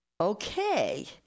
Okay